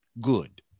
good